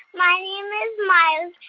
my name is miles.